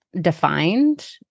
defined